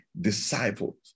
disciples